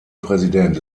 präsident